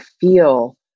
feel